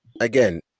again